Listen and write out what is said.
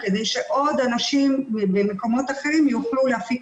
כדי שעוד אנשים ממקומות אחרים יוכלו להפיק